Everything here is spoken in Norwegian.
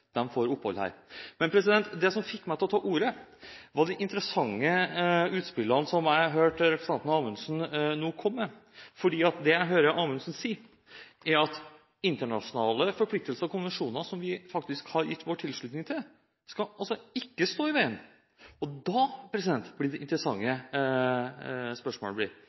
dem som er ubegrunnet, og vi er helt tydelig på at de som kommer til Norge for å søke hjelp og beskyttelse, får opphold her. Men det som fikk meg til å ta ordet, var de interessante utspillene som jeg hørte representanten Amundsen nå komme med. Det jeg hører Amundsen si, er at internasjonale forpliktelser og konvensjoner som vi faktisk har gitt vår tilslutning til, ikke skal stå i veien.